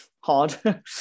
hard